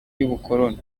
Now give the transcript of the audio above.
y’ubukoloni